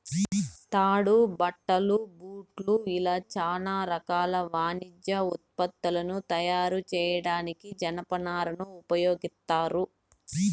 తాడు, బట్టలు, బూట్లు ఇలా చానా రకాల వాణిజ్య ఉత్పత్తులను తయారు చేయడానికి జనపనారను ఉపయోగిత్తారు